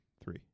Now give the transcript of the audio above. Three